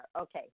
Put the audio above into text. Okay